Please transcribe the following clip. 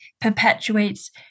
perpetuates